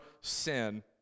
sin